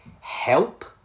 help